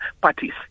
parties